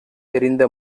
எறிந்த